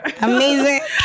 Amazing